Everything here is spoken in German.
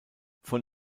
von